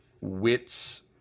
wits